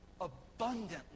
abundantly